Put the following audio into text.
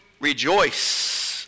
rejoice